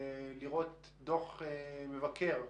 לראות דוח מבקר.